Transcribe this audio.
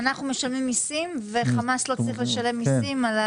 אנחנו משלמים מסים וחמאס לא צריך לשלם מסים.